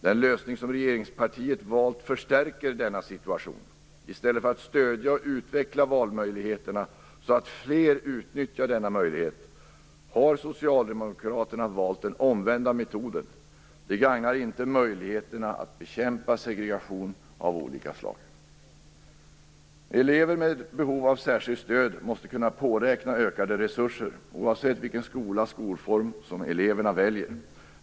Den lösning som regeringspartiet har valt förstärker denna situation. I stället för att stödja och utveckla valmöjligheterna så att fler utnyttjar dem, har socialdemokraterna valt den omvända metoden. Det gagnar inte möjligheterna att bekämpa segregation av olika slag. Elever med behov av särskilt stöd måste kunna påräkna ökade resurser, oavsett vilken skola eller skolform som eleverna väljer.